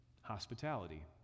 Hospitality